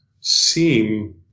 seem